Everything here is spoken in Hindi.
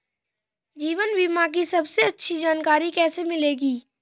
जीवन बीमा की सबसे अच्छी जानकारी कैसे मिलेगी?